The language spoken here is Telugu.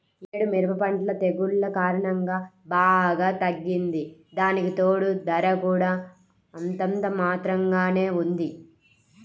యీ యేడు మిరప పంట తెగుల్ల కారణంగా బాగా తగ్గింది, దానికితోడూ ధర కూడా అంతంత మాత్రంగానే ఉంది